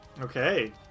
Okay